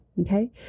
Okay